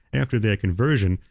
after their conversion,